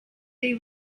they